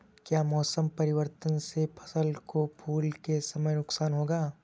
क्या मौसम परिवर्तन से फसल को फूल के समय नुकसान होगा?